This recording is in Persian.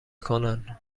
کنن